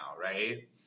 right